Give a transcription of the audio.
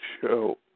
show